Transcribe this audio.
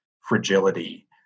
fragility